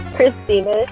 Christina